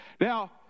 now